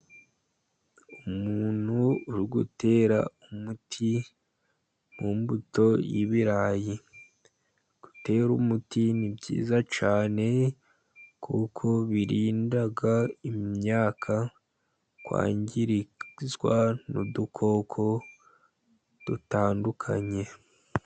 Umuntu uri gutera umuti mu mbuto y'ibirayi. Gutera umuti ni byiza cyane ,kuko birinda imyaka kwangirizwa n'udukoko dutandukanye.